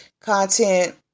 content